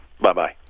Bye-bye